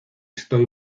estoy